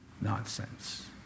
nonsense